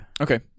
Okay